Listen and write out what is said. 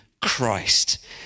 Christ